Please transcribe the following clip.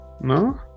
no